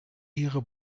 ihre